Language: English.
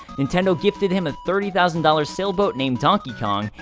nintendo gifted him a thirty thousand dollars sailboat named donkey kong,